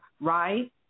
right